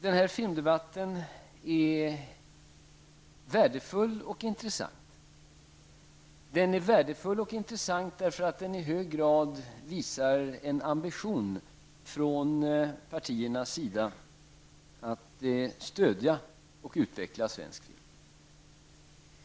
Den här filmdebatten är värdefull och intressant. Den är det därför att den i hög grad visar en ambition från partiernas sida att stödja och utveckla svensk film.